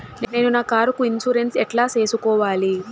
నేను నా కారుకు ఇన్సూరెన్సు ఎట్లా సేసుకోవాలి